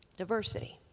diversity.